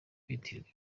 kwitirirwa